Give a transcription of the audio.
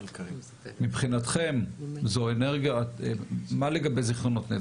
מבחינתכם מה לגבי זיכיונות נפט,